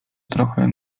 trochę